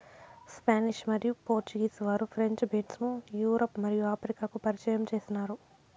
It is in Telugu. స్పానిష్ మరియు పోర్చుగీస్ వారు ఫ్రెంచ్ బీన్స్ ను యూరప్ మరియు ఆఫ్రికాకు పరిచయం చేసినారు